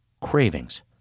cravings